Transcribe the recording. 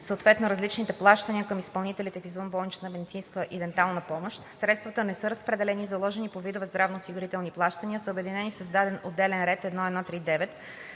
съответно различните плащания към изпълнителите в извънболничната медицинска и дентална помощ, средствата не са разпределени и заложени по видовете здравноосигурителни плащания, а са обединени в създаден отделен ред: „1.1.3.9.